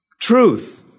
Truth